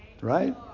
Right